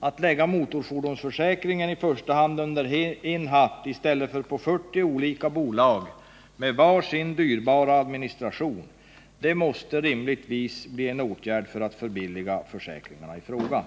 Att lägga motorfordonsförsäkringen i första hand under en hatt i stället för på 40 olika bolag med var sin dyrbar administration måste rimligtvis bli en åtgärd för att förbilliga försäkringarna i fråga.